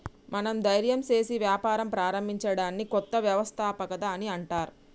మనం ధైర్యం సేసి వ్యాపారం ప్రారంభించడాన్ని కొత్త వ్యవస్థాపకత అని అంటర్